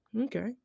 okay